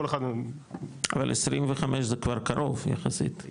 אבל 25 זה כבר קרוב יחסית,